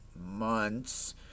months